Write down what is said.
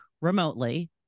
remotely